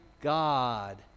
God